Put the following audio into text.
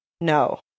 no